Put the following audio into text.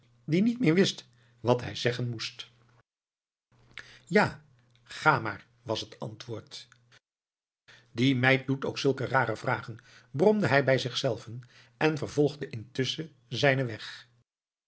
die niet meer wist wat hij zeggen moest ja ga maar was het antwoord die meid doet ook zulke rare vragen bromde hij bij zichzelven en vervolgde intusschen zijnen weg